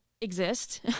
exist